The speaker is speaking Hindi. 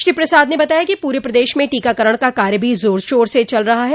श्री प्रसाद ने बताया कि पूरे प्रदेश में टीकाकरण का कार्य भी जोर शोर से चल रहा है